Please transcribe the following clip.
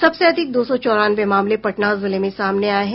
सबसे अधिक दो सौ चौरानवे मामले पटना जिले में सामने आये हैं